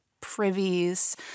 privies